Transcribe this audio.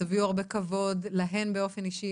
שתביאו הרבה כבוד להם באופן אישי,